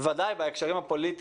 ודאי גם בישראל,